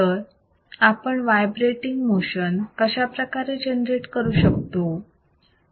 तर आपण vibrating motion कशाप्रकारे जनरेट करू शकतो